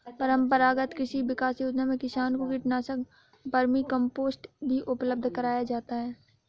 परम्परागत कृषि विकास योजना में किसान को कीटनाशक, वर्मीकम्पोस्ट भी उपलब्ध कराया जाता है